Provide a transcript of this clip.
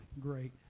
Great